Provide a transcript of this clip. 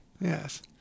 Yes